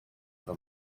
the